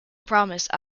promise